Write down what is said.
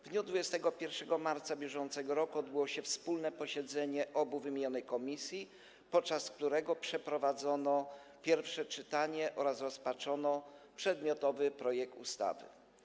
W dniu 21 marca br. odbyło się wspólne posiedzenie obu wymienionych komisji, podczas którego przeprowadzono pierwsze czytanie oraz rozpatrzono przedmiotowy projekt ustawy.